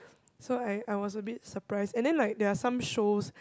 so I I was a bit surprised and then like there're some shows